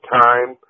time